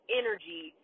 energy